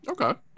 okay